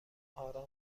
آرام